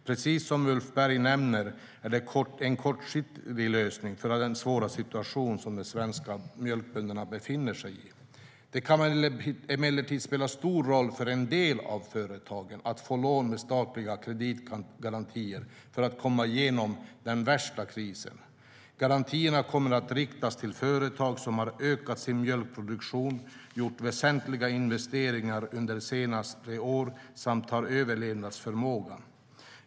Precis som Ulf Berg nämner är det en kortsiktig lösning för den svåra situation som de svenska mjölkbönderna befinner sig i. Det kan emellertid spela stor roll för en del av företagen att få lån med statliga kreditgarantier för att komma igenom den värsta krisen. Garantierna kommer att riktas till företag som har ökat sin mjölkproduktion och gjort väsentliga investeringar under senare år samt har överlevnadsförmåga.